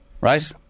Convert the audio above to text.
right